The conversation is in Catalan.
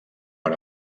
per